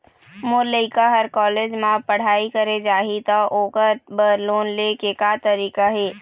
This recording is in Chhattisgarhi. मोर लइका हर कॉलेज म पढ़ई करे जाही, त ओकर बर लोन ले के का तरीका हे?